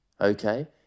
okay